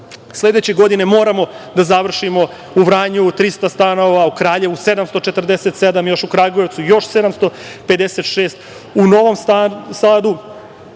Sledeće godine moramo da završimo u Vranju 300 stanova, u Kraljevu 747, u Kragujevcu još 756, u Novom Sadu